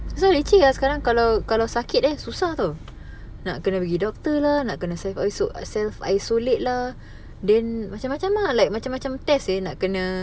so leceh lah sekarang kalau kalau sakit then susah [tau] nak kena pergi doctor lah nak kena self iso~ self isolate lah then macam-macam ah like macam-macam test seh nak kena